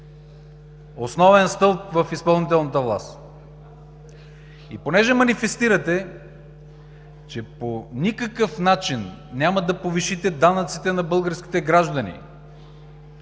основен стълб в изпълнителната власт. И понеже манифестирате, че по никакъв начин няма да повишите данъците на българските граждани,